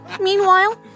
meanwhile